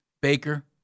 Baker